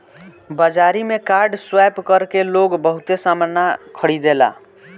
बाजारी में card swipe कर के लोग बहुते सामना खरीदेला